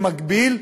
במקביל,